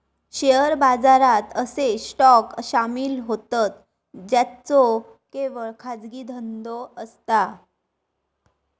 share बाजारात असे stock सामील होतं ज्यांचो केवळ खाजगी धंदो असता